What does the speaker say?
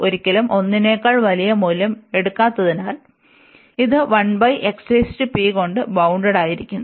ഒരിക്കലും 1 നെക്കാൾ വലിയ മൂല്യം എടുക്കാത്തതിനാൽ ഇത് കൊണ്ട് ബൌൺഡ്ടായിരിക്കുന്നു